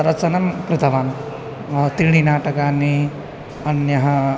रचनां कृतवान् त्रीणि नाटकानि अन्यौ